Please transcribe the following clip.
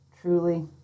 truly